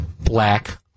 black